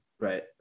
Right